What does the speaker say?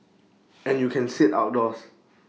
and you can sit outdoors